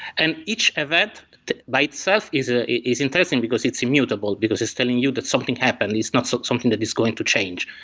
and each event by itself is ah is interesting, because it's immutable, because it's telling you that something happened. it's not so something that is going to change.